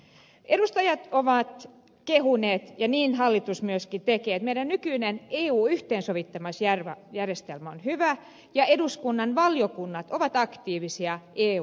edustajat ovat kehuneet ja niin hallitus myöskin tekee että meidän nykyinen eun yhteensovittamisjärjestelmä on hyvä ja eduskunnan valiokunnat ovat aktiivisia eu työssä